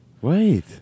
wait